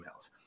emails